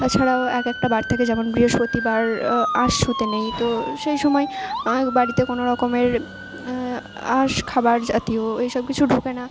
তাছাড়াও এক একটা বার থেকে যেমন বৃহস্পতিবার আঁশ ছুঁতে নেই তো সেই সময় অনেক বাড়িতে কোনো রকমের আঁশ খাবার জাতীয় এই সব কিছু ঢোকে না